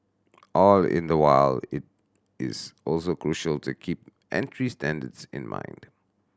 all in the while it is also crucial to keep entry standards in mind